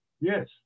Yes